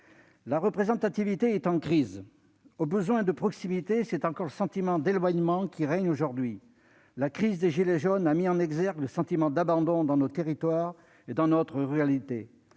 La représentativité est en crise : face au besoin de proximité, c'est encore le sentiment d'éloignement qui règne aujourd'hui. La crise des gilets jaunes a mis en exergue le sentiment d'abandon dans nos territoires et dans notre réalité.